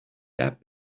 that